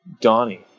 Donnie